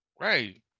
Right